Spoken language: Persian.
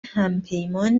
همپیمان